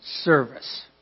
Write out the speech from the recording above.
service